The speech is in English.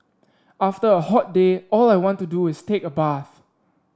after a hot day all I want to do is take a bath